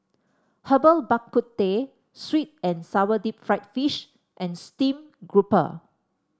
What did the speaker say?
Herbal Bak Ku Teh sweet and sour Deep Fried Fish and stream grouper